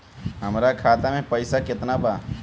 हमरा खाता में पइसा केतना बा?